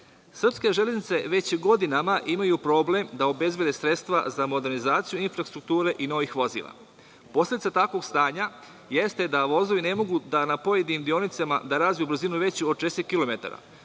železnice već godinama imaju problem da obezbede sredstva za modernizaciju infrastrukture i novih vozila. Posledica takvog stanja jeste da vozovi ne mogu na pojedinim deonicama da razviju brzinu veću od 40